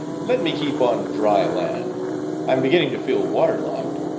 let me keep on dry land i'm beginning to feel water-logged.